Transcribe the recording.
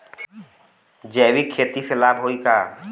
जैविक खेती से लाभ होई का?